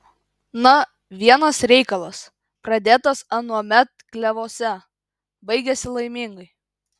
na vienas reikalas pradėtas anuomet klevuose baigiasi laimingai